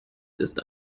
ist